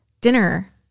dinner